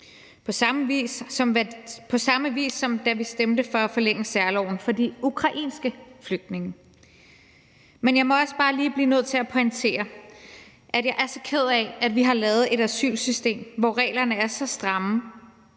på samme vis, som da vi stemte for at forlænge særloven for de ukrainske flygtninge. Men jeg er også bare lige nødt til at pointere, at jeg er så ked af, at vi har lavet et asylsystem, hvor reglerne er så stramme,